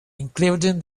including